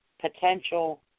potential